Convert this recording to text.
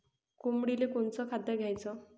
कोंबडीले कोनच खाद्य द्याच?